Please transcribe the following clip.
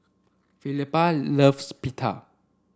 Felipa loves Pita